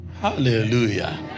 Hallelujah